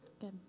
Good